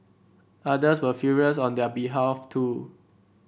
others were furious on their behalf too